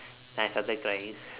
then I started crying